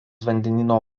vandenyno